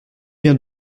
vient